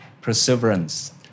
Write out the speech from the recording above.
perseverance